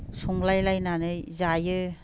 संलायलायनानै जायो